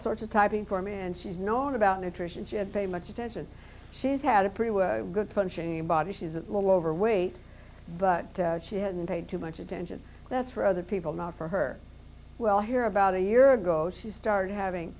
sorts of typing for me and she's known about nutrition shit pay much attention she's had a pretty good punch aim body she's a little overweight but she hadn't paid too much attention that's for other people not for her well here about a year ago she started having